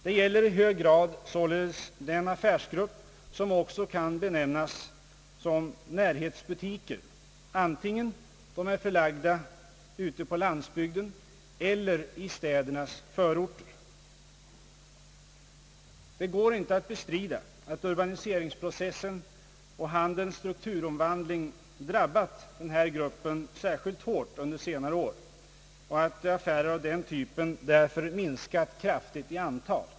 Det gäller således i hög grad den affärsgrupp som också kan benämnas närhetsbutiker, antingen de är förlagda ute på landsbygden eller i städernas förorter. Det går inte att bestrida att urbaniseringsprocessen och handelns strukturomvandling drabbat denna grupp särskilt hårt under senare år och att affärer av den typen därför minskat kraftigt i antal.